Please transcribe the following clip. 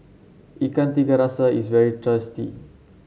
Ikan Tiga Rasa is very tasty